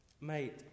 Mate